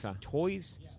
Toys